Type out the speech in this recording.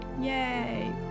Yay